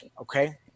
Okay